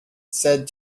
said